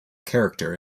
character